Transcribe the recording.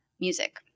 music